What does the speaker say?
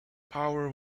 power